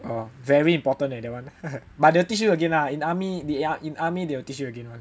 oh very important eh that one but they will teach you again lah in army they in army they will teach you again [one]